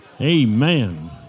Amen